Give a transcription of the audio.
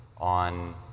on